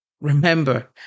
Remember